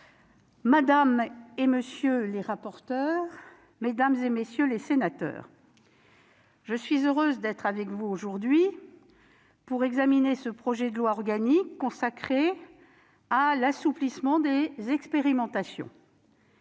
madame, monsieur les corapporteurs, mesdames, messieurs les sénateurs, je suis heureuse d'être avec vous aujourd'hui pour examiner ce projet de loi organique consacré à l'assouplissement des expérimentations.